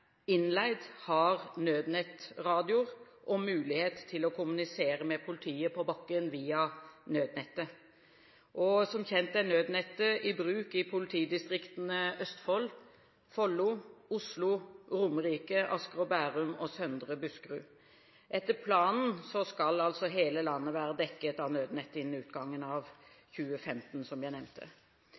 innleid, har nødnettradio og mulighet til å kommunisere med politiet på bakken via nødnettet. Som kjent er nødnettet i bruk i politidistriktene Østfold, Follo, Oslo, Romerike, Asker og Bærum og Søndre Buskerud. Etter planen skal hele landet være dekket av nødnett innen utgangen av 2015, som jeg nevnte.